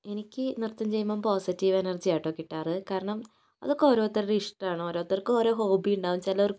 എനിക്ക് നൃത്തം ചെയ്യുമ്പോൾ പോസിറ്റീവ് എനർജിയാണ് കേട്ടോ കിട്ടാറ് കാരണം അതൊക്കെ ഓരോരുത്തരുടെ ഇഷ്ടമാണ് ഓരോരുത്തർക്ക് ഓരോ ഹോബി ഉണ്ടാകും